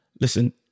Listen